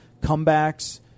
comebacks